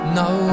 no